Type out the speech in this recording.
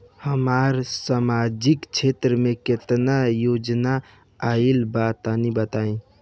हमरा समाजिक क्षेत्र में केतना योजना आइल बा तनि बताईं?